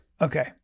okay